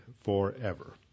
forever